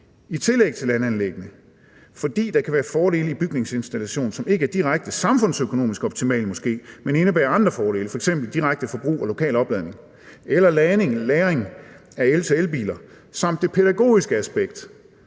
i tillæg til landanlæggene, fordi der kan være fordele i bygningsinstallation, som måske ikke er direkte samfundsøkonomisk optimale, men indebærer andre fordele, f.eks. direkte forbrug og lokal opladning, lagring af el til elbiler samt det pædagogiske aspekt,